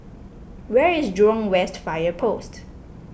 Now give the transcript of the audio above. where is Jurong West Fire Post